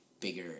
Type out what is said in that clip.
bigger